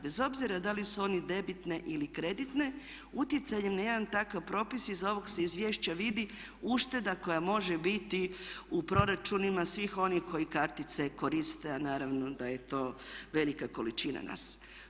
Bez obzira da li su one debitne ili kreditne utjecanjem na jedan takav propis iz ovog se izvješća vidi ušteda koja može biti u proračunima svih onih koji kartice koriste, a naravno da je to velika količina nas.